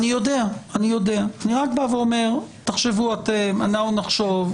אני יודע, אני רק אומר תחשבו אתם, אנחנו נחשוב.